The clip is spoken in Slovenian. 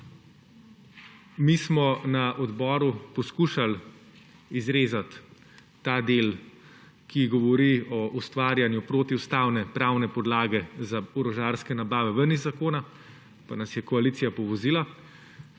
mi smo na odboru poskušal izrezati ta del, ki govori o ustvarjanju protiustavne pravne podlage za orožarske nabave, iz zakona, pa nas je koalicija povozila.